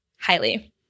highly